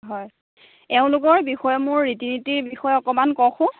হয় এওঁলোকৰ বিষয়ে মোৰ ৰীতি নীতিৰ বিষয়ে অকণমান কওকচোন